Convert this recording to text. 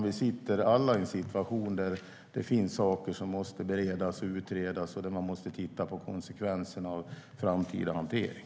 Vi sitter alla i en situation där det finns saker som måste beredas och utredas och där man måste titta på konsekvenserna av framtida hantering.